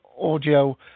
audio